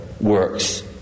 works